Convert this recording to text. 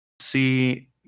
See